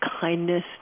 kindness